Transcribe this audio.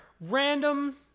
Random